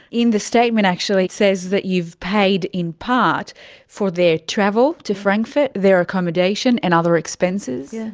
in the statement actually it says that you've paid in part for their travel to frankfurt, their accommodation, and other expenses. yes.